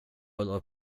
håller